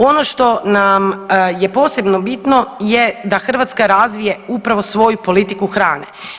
Ono što nam je posebno bitno da Hrvatska razvije upravo svoju politiku hrane.